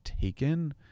taken